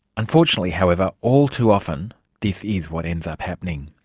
unfortunately, however, all too often this is what ends up happening.